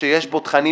שיש בו תכנים